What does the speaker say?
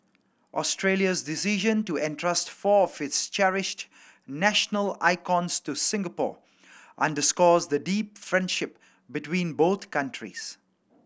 Australia's decision to entrust four of its cherished national icons to Singapore underscores the deep friendship between both countries